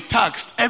taxed